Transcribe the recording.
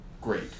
great